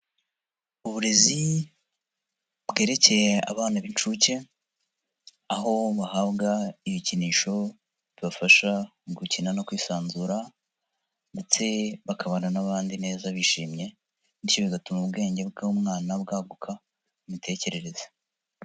Uburezi bwerekeye abana b'inshuke, aho bahabwa ibikinisho bibafasha mu gukina no kwisanzura ndetse bakabana n'abandi neza bishimye, bityo bigatuma ubwenge bw'umwana bwaguka mu mitekerereze.